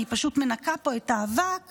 אני פשוט מנקה פה את האבק